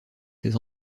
ses